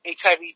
HIV